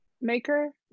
maker